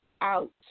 out